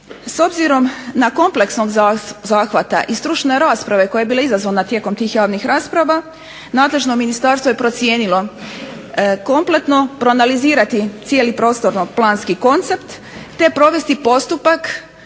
S obzirom na kompleksnost zahvata i stručne rasprave koja je bila izazvana tijekom tih javnih rasprava, nadležno ministarstvo je procijenilo kompletno proanalizirati cijeli prostorno-planski koncept te provesti postupak